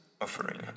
offering